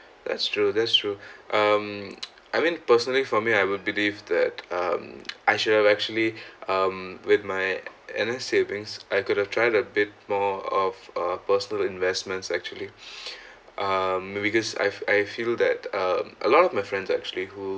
that's true that's true um I mean personally for me I would believe that um I should have actually um with my N_S savings I could have tried a bit more of a personal investment actually um but because I've I've feel that um a lot of my friends actually who